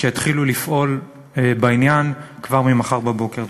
יתחילו לפעול בעניין כבר ממחר בבוקר.